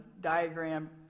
diagram